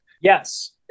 yes